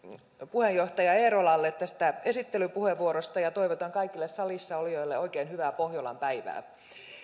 puheenjohtaja eerolalle tästä esittelypuheenvuorosta ja toivotan kaikille salissaolijoille oikein hyvää pohjolan päivää